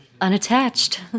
unattached